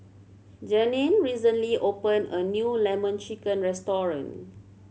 Janeen recently opened a new Lemon Chicken restaurant